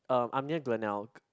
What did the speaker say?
um I'm near Glenelg